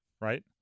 right